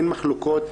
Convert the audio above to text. אין מחלוקות.